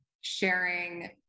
sharing